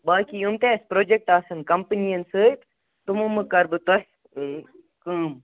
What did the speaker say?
باقٕے یُم تہِ اَسہِ پروجکٹ آسن کَمپٕنٮ۪ن سۭتۍ تُمو منز کَرٕ بہٕ تۄہہِ سۭتۍ کٲم